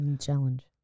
challenge